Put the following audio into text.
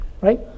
Right